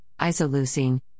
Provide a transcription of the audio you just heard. Isoleucine